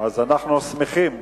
אז אנחנו שמחים.